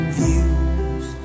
views